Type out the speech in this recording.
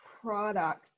product